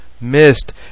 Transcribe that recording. missed